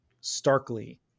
starkly